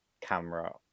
camera